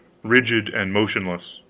rigid and motionless,